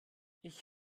ich